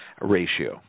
ratio